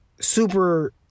super